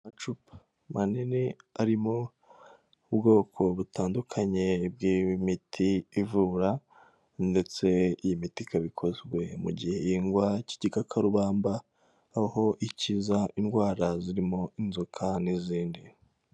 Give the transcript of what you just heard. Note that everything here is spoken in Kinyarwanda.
Amacupa manini arimo ubwoko butandukanye bw'imiti ivura ndetse iyi miti ikaba ikozwe mu gihingwa k'igikakarubamba, aho ikiza indwara zirimo inzoka n'izindi.